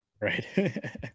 right